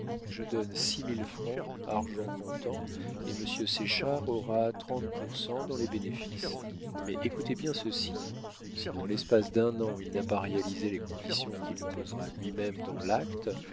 je donne six mille francs argent comptant et monsieur séchard aura trente pour cent dans les bénéfices mais écoutez bien ceci si dans l'espace d'un an il n'a pas réalisé les conditions qu'il posera lui-même dans l'acte